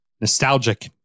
Nostalgic